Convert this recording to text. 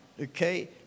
Okay